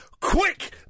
Quick